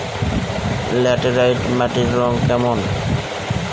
Laterite মাটির রং কেমন?